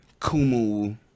kumu